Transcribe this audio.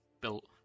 built